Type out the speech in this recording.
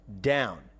down